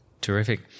Terrific